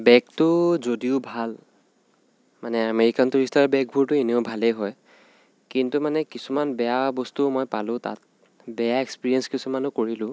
বেগটো যদিও ভাল মানে আমেৰিকান টুৰিষ্টাৰৰ বেগবোৰটো এনেও ভালেই হয় কিন্তু মানে কিছুমান বেয়া বস্তুও মই পালোঁ তাত বেয়া এক্সপেৰিয়েন্স কিছুমানো কৰিলোঁ